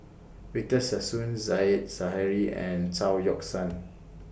Victor Sassoon Said Zahari and Chao Yoke San